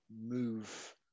move